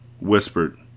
Whispered